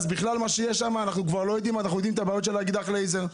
אנחנו מכירים את הבעיות עם הלייזר,